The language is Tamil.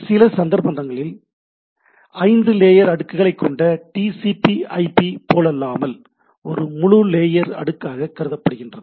சில சந்தர்ப்பங்களில் ஐந்து லேயர் அடுக்குகளைக் கொண்ட டிசிபிஐபி TCP IP போலல்லாமல் ஒரு முழு லேயர் அடுக்காக கருதப்படுகின்றன